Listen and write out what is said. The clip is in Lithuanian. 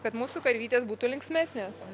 kad mūsų karvytės būtų linksmesnės